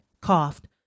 coughed